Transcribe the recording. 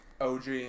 OG